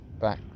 back